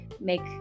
make